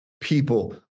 people